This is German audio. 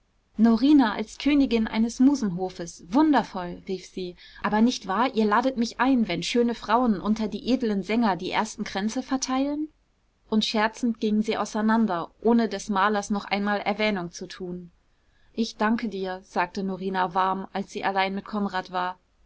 norina als königin eines musenhofes wundervoll rief sie aber nicht wahr ihr ladet mich ein wenn schöne frauen unter die edlen sänger die ersten kränze verteilen und scherzend gingen sie auseinander ohne des malers noch einmal erwähnung zu tun ich danke dir sagte norina warm als sie allein mit konrad war